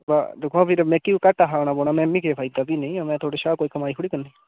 बा दिक्खोआं भी ते मिगी बी घाटा खाना पौना मिमी केह् फायदा भी निं में थुआढ़ी शा कोई कमाई थोह्ड़ी करनी